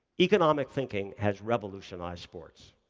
economic thinking has revolutionized sports.